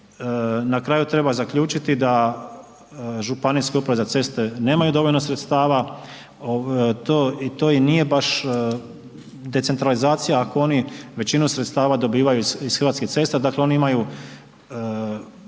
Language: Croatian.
Na kraju treba zaključiti da županijske uprave za ceste nemaju dovoljno sredstava, to i nije baš decentralizacija ako oni većinu sredstava dobivaju iz Hrvatskih cesta, dakle oni imaju